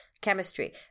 Chemistry